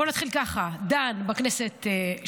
בואו נתחיל ככה: הוא נדון בכנסת שלנו,